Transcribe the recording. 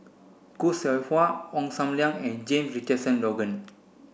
Khoo Seow Hwa Ong Sam Leong and James Richardson Logan